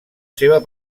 seva